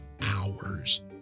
hours